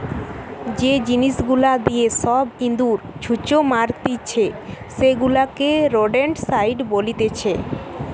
যে জিনিস গুলা দিয়ে সব ইঁদুর, ছুঁচো মারতিছে সেগুলাকে রোডেন্টসাইড বলতিছে